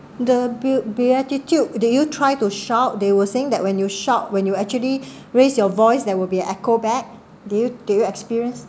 the be~ beatitude did you try to shout they were saying that when you shout when you actually raise your voice there will be echo back do you do you experience